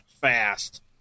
fast